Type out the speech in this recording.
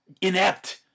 inept